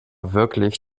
wirklich